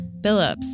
Billups